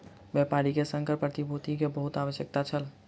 व्यापारी के संकर प्रतिभूति के बहुत आवश्यकता छल